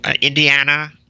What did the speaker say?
Indiana